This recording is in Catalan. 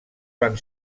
van